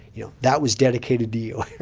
you know that was dedicated to you.